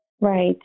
Right